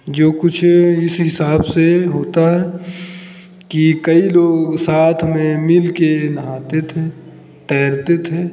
जो कुछ इस हिसाब से होता है कि कई लोग साथ में मिलकर नहाते थे तैरते थे